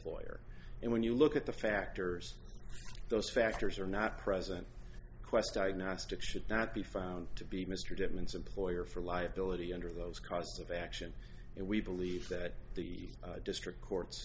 lawyer and when you look at the factors those factors are not present quest diagnostics should not be found to be mr timmins employer for liability under those costs of action and we believe that the district court